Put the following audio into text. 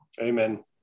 Amen